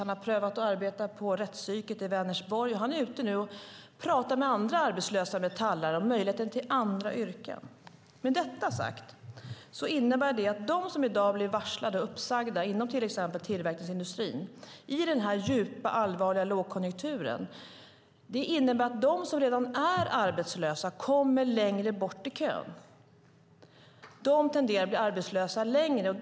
Han har prövat att arbeta bland annat på rättspsyket i Vänersborg. Nu är han ute och talar med andra arbetslösa metallare om möjligheten till andra yrken. I dag blir folk varslade och uppsagda inom till exempel tillverkningsindustrin. I den djupa och allvarliga lågkonjunktur vi befinner oss i innebär det att de som redan tidigare är arbetslösa hamnar allt längre bak i kön. De tenderar att vara arbetslösa längre tid.